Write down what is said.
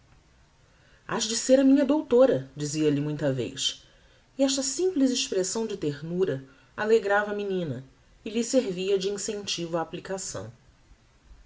venturosa has de ser a minha doutora dizia-lhe muita vez e esta simples expressão de ternura alegrava a menina e lhe servia de incentivo á applicação